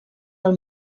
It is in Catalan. del